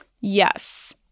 Yes